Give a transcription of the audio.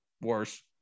Worse